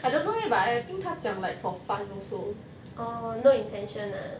I don't know eh but I think 她讲 like for fun also